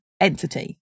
entity